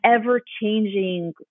ever-changing